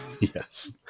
Yes